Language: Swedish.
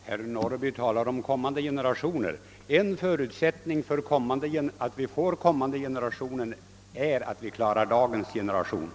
Herr talman! Herr Norrby talar om kommande generationer. En förutsättning för att vi får kommande generationer är att vi klarar dagens generationer.